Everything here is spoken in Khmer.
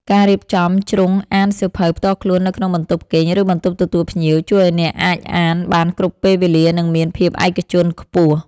ការរៀបចំជ្រុងអានសៀវភៅផ្ទាល់ខ្លួននៅក្នុងបន្ទប់គេង ឬបន្ទប់ទទួលភ្ញៀវ ជួយឱ្យអ្នកអាចអានបានគ្រប់ពេលវេលា និងមានភាពឯកជនខ្ពស់។